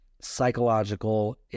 Psychological